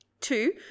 Two